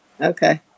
Okay